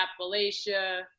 Appalachia